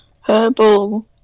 herbal